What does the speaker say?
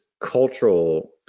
cultural